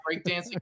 breakdancing